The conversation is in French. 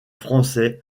français